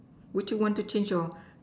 would you want to change your